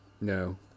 No